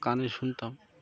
কানে শুনতাম